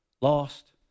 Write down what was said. lost